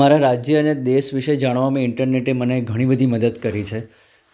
મારા રાજ્ય અને દેશ વિશે જાણવામાં ઇન્ટરનેટે મને ઘણીબધી મદદ કરી છે